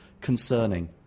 concerning